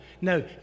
No